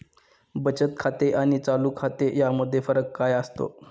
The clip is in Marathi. बचत खाते आणि चालू खाते यामध्ये फरक काय असतो?